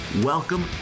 Welcome